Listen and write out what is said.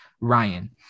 Ryan